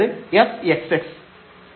അതായത് fxx